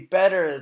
better